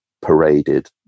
paraded